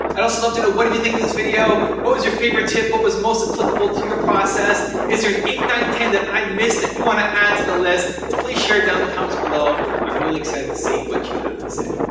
i'd also love to know, what did you think of this video? what was your favorite tip? what was most applicable to your process? is there an eight, nine, ten, that i missed, that you want to add to the list? please share down in the comments below. i'm really excited to see what you have to say.